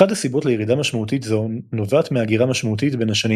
אחת הסיבות לירידה משמעותית זו נובעת מהגירה משמעותית בין השנים